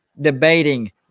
debating